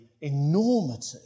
enormity